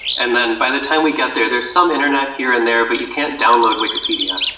and then by the time we get there, there's some internet here and there, but you can't download wikipedia.